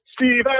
Steve